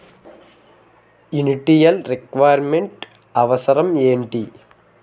Initial requirement అవసరం ఎంటి?